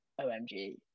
OMG